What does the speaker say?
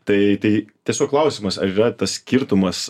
tai tai tiesiog klausimas ar yra tas skirtumas